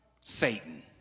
Satan